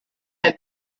had